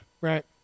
right